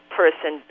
person